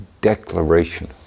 declaration